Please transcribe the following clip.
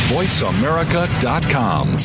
VoiceAmerica.com